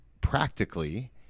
practically